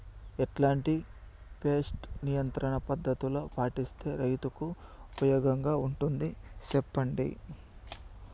ఎట్లాంటి పెస్ట్ నియంత్రణ పద్ధతులు పాటిస్తే, రైతుకు ఉపయోగంగా ఉంటుంది సెప్పండి?